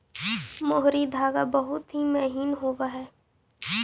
मोहरी धागा बहुत ही महीन होवऽ हई